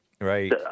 Right